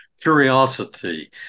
curiosity